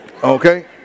Okay